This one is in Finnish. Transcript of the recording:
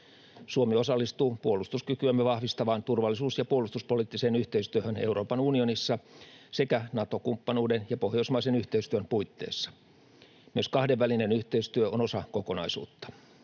Suomi osallistuu puolustuskykyämme vahvistavaan turvallisuus- ja puolustuspoliittiseen yhteistyöhön Euroopan unionissa sekä Nato-kumppanuuden ja pohjoismaisen yhteistyön puitteissa. Myös kahdenvälinen yhteistyö on osa kokonaisuutta.